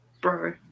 Bro